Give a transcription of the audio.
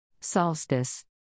Solstice